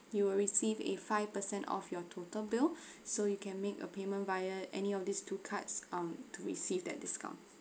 you will receive a five percent of your total bill so you can make a payment via any of these two cards um to receive that discount